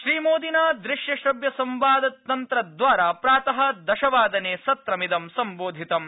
श्रीमोदिना द्रश्यश्रव्यसंवाद तन्त्र द्वारा प्रातः दशवादने सत्रमिदं सम्बोधितम्